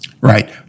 Right